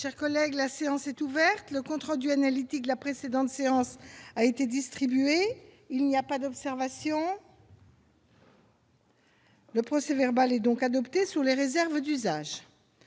La séance est ouverte. Le compte rendu analytique de la précédente séance a été distribué. Il n'y a pas d'observation ?... Le procès-verbal est adopté sous les réserves d'usage.